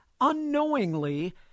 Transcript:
unknowingly